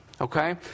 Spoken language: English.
Okay